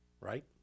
right